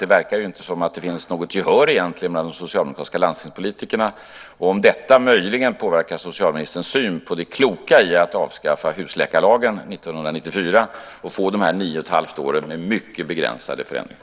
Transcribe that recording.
Det verkar ju inte som om det finns något egentligt gehör bland de socialdemokratiska landstingspolitikerna för detta. Påverkar detta möjligen socialministerns syn på det kloka i att avskaffa husläkarlagen från 1994 och på de gångna nio och halvt åren med mycket begränsade förändringar?